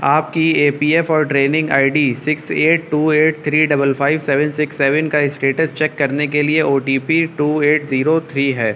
آپ کے A P F اور training I D six eight two eight three double five seven six seven کا status check کرنے کے لیے O T P two eight zero three ہے